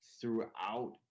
throughout